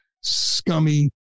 scummy